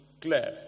clear